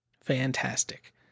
Fantastic